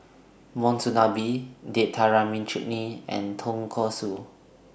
Monsunabe Date Tamarind Chutney and Tonkatsu